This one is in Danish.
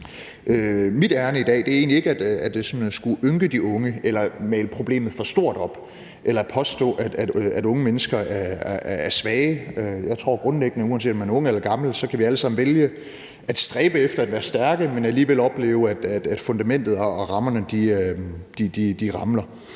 Mit ærinde i dag er egentlig ikke sådan at skulle ynke de unge eller male problemet for stort op eller påstå, at unge mennesker er svage. Jeg tror grundlæggende, uanset om man er ung eller gammel, at vi alle sammen kan vælge at stræbe efter at være stærke, men alligevel opleve, at fundamentet og rammerne ramler